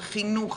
על חינוך,